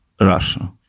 Russia